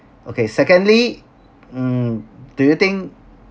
okay secondly mm do you think